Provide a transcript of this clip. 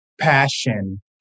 passion